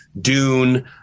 Dune